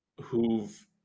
who've